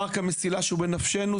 פארק המסילה שהוא בנפשנו,